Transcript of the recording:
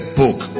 book